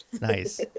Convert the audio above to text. Nice